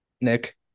Nick